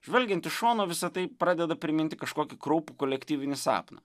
žvelgiant iš šono visa tai pradeda priminti kažkokį kraupų kolektyvinį sapną